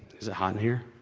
is it hot in here?